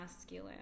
masculine